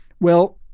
well,